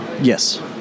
Yes